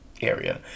area